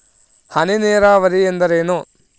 ಹನಿ ನೇರಾವರಿ ಎಂದರೇನು?